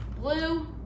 blue